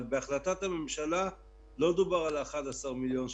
אבל בהחלטת הממשלה לא דובר על 11 מיליון שקלים.